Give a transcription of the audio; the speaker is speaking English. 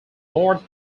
north